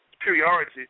superiority